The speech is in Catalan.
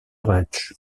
raig